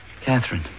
Catherine